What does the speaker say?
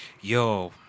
yo